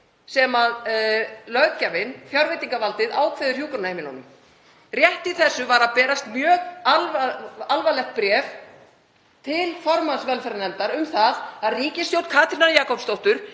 sem löggjafinn, fjárveitingavaldið, ákveður hjúkrunarheimilunum. Rétt í þessu var að berast mjög alvarlegt bréf til formanns velferðarnefndar um að ríkisstjórn Katrínar Jakobsdóttur